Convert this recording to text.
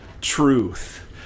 truth